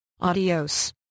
Adios